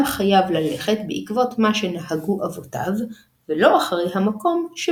משמעות המונח הוא ההסדר המקובל בין אנשי מקום מסוים,